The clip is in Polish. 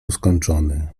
skończony